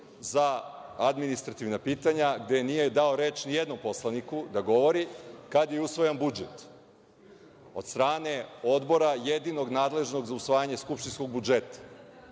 za administrativna pitanja gde nije dao reč ni jednom poslaniku da govori, a kada je usvajan budžet od strane Odbora jedinog nadležnog za usvajanje skupštinskog budžeta.